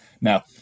Now